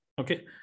okay